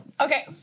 Okay